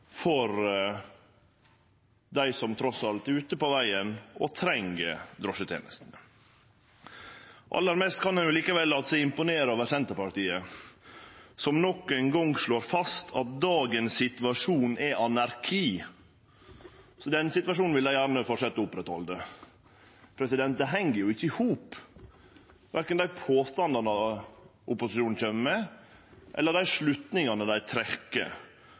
for dei som trass alt er ute på vegen og treng drosjetenester. Aller mest kan ein likevel la seg imponere av Senterpartiet, som endå ein gong slår fast at dagens situasjon er anarki – så den situasjonen vil dei gjerne oppretthalde. Det heng jo ikkje i hop – verken dei påstandane opposisjonen kjem med, eller slutningane dei